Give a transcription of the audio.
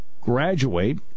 graduate